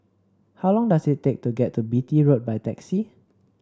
how long does it take to get to Beatty Road by taxi